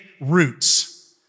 roots